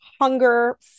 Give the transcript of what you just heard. hunger